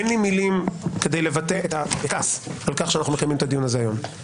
אין לי מילים כדי לבטא את הכעס על כך שאנחנו מקיימים את הדיון הזה היום.